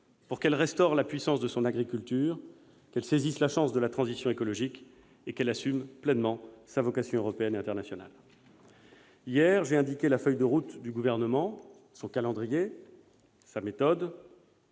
pour qu'elle restaure la puissance de son agriculture, qu'elle saisisse la chance de la transition écologique et qu'elle assume pleinement sa vocation européenne et internationale. Hier, j'ai indiqué la feuille de route du Gouvernement, son calendrier, sa méthode.